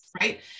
Right